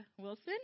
Wilson